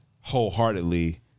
wholeheartedly